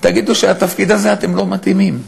תגידו שלתפקיד הזה אתם לא מתאימים.